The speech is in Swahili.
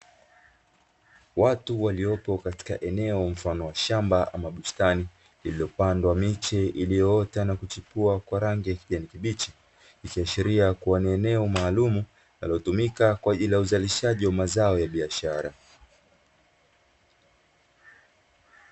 Watu waliopo katika eneo mfano wa shamba la bustani lililopandwa miche iliyochipua na kuota yenye kijani kibichi, ikiashiria ni eneo linalotumika kwa ajili ya mazo ya biashara.